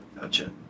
Gotcha